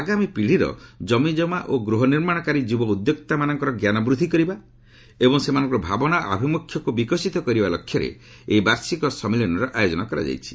ଆଗାମୀ ପିଢ଼ିର କମିକମା ଓ ଗୃହନିର୍ମାଣକାରୀ ଯୁବ ଉଦ୍ୟୋକ୍ତାମାନଙ୍କର ଜ୍ଞାନ ବୃଦ୍ଧି କରିବା ଏବଂ ସେମାନଙ୍କର ଭାବନା ଓ ଆଭିମୁଖ୍ୟକୁ ବିକଶିତ କରିବା ଲକ୍ଷ୍ୟରେ ଏହି ବାର୍ଷିକ ସମ୍ମିଳନୀର ଆୟୋଜନ କରାଯାଇଛି